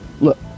Look